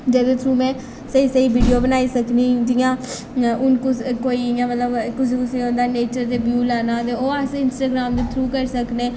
जेह्दे थ्रू में स्हेई स्हेई वीडियो बनाई सकनी जि'यां हून कुस कोई इ'यां मतलब कुसै कुसै गी होंदा नेचर दे ब्यू लैना ते ओह् अस इंस्टाग्राम दे थ्रू करी सकनें